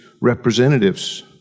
representatives